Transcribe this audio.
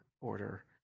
order